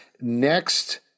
Next